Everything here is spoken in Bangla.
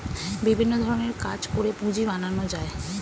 বিভিন্ন ধরণের কাজ করে পুঁজি বানানো যায়